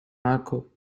marco